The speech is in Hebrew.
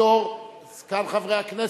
בתור זקן חברי הכנסת,